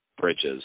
bridges